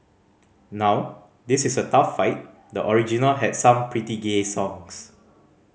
now this is a tough fight the original had some pretty gay songs